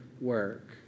work